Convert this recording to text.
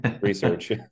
research